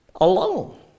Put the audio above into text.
alone